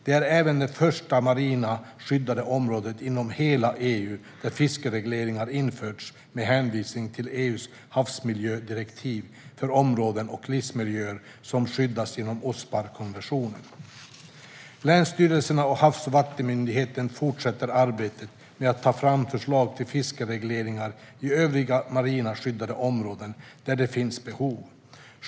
Det är även det första marina skyddade området inom hela EU där fiskeregleringar införts med hänvisning till EU:s havsmiljödirektiv, för områden och livsmiljöer som skyddas genom Osparkonventionen. Länsstyrelserna och Havs och vattenmyndigheten fortsätter arbetet med att ta fram förslag till fiskeregleringar i övriga marina skyddade områden där det finns behov.